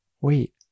wait